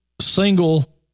single